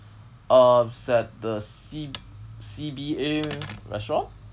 uh it's at the C C B A restaurant